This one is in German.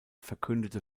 verkündete